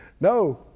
No